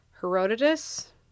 Herodotus